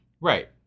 Right